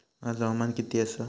आज हवामान किती आसा?